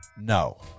no